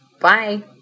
Bye